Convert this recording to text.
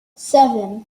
seven